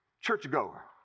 churchgoer